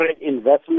investment